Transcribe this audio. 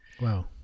wow